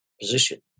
position